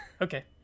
Okay